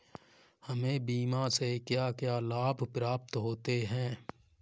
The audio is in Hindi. हमें बीमा से क्या क्या लाभ प्राप्त होते हैं?